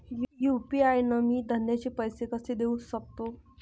UPI न मी धंद्याचे पैसे कसे देऊ सकतो?